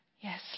Yes